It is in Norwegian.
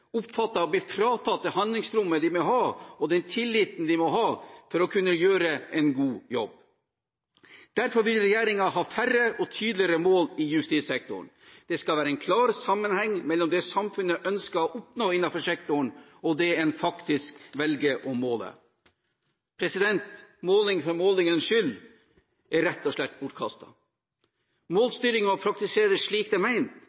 fratatt det handlingsrommet og den tilliten de må ha for å kunne gjøre en god jobb. Derfor vil regjeringen ha færre og tydeligere mål i justissektoren. Det skal være en klar sammenheng mellom det samfunnet ønsker oppnå i justissektoren, og det en faktisk velger å måle. Måling for målingens skyld er rett og slett bortkastet. Målstyring må praktiseres slik det